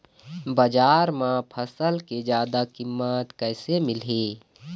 बजार म फसल के जादा कीमत कैसे मिलही?